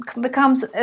becomes